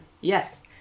Yes